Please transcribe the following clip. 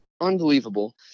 unbelievable